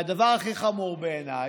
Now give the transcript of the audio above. והדבר הכי חמור בעיניי,